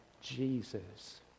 Jesus